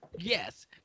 Yes